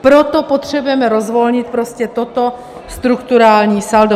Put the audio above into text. Proto potřebujeme rozvolnit prostě toto strukturální saldo.